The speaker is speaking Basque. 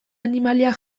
animaliak